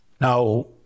Now